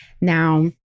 Now